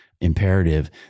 imperative